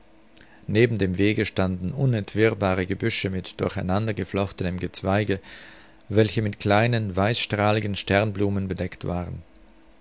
neben dem wege standen unentwirrbare gebüsche mit durcheinandergeflochtenem gezweige welche mit kleinen weißstrahligen sternblumen bedeckt waren